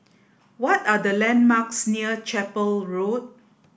what are the landmarks near Chapel Road